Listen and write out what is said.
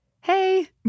hey